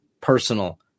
personal